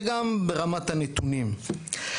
וגם ברמת הנתונים.